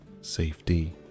safety